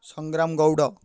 ସଂଗ୍ରାମ ଗଉଡ଼